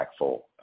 impactful